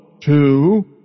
Two